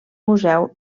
museu